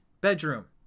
bedroom